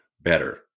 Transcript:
better